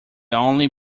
only